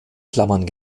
klammern